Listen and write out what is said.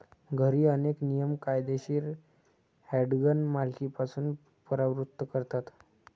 घरी, अनेक नियम कायदेशीर हँडगन मालकीपासून परावृत्त करतात